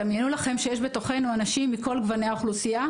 דמיינו לכם שיש בתוכנו אנשים מכל גווני האוכלוסייה,